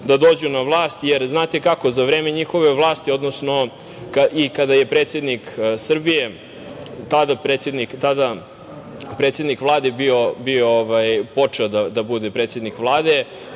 da dođu na vlast, jer znate kako, za vreme njihove vlasti, odnosno i kada je predsednik Srbije, tada predsednik Vlade počeo da bude predsednik Vlade